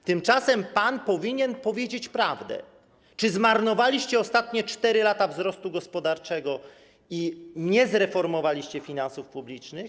Natomiast pan powinien powiedzieć prawdę: Czy zmarnowaliście ostatnie 4 lata wzrostu gospodarczego i nie zreformowaliście finansów publicznych?